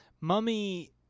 mummy